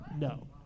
No